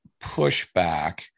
pushback